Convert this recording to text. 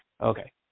Okay